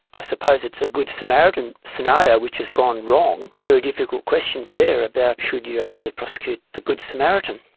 ah suppose it's a good samaritan scenario which has gone wrong, there are difficult questions there about should you actually prosecute the good samaritan.